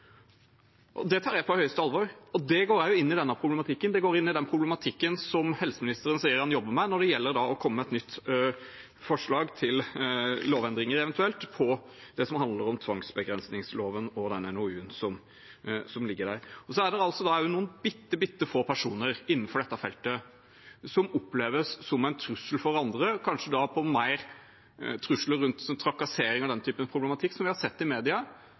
Det tar jeg på høyeste alvor, og det går også inn i denne problematikken. Det går inn i den problematikken som helseministeren sier han jobber med når det gjelder eventuelt å komme med et nytt forslag til lovendringer på det som handler om tvangsbegrensningsloven, og den NOU-en som ligger der. Det er også noen veldig få personer innenfor dette feltet som oppleves som en trussel for andre, kanskje mer trusler rundt trakassering og den type problematikk vi har sett i media,